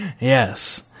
Yes